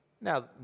Now